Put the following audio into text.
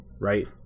right